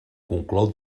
conclou